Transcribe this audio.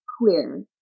queer